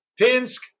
Pinsk